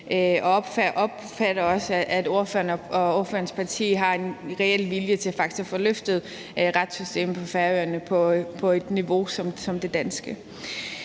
og opfatter det også sådan, at ordføreren og ordførerens parti har en reel vilje til faktisk at få løftet retssystemet på Færøerne til et niveau som det danske.